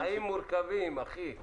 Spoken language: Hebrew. החיים מורכבים, אחי.